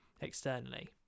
externally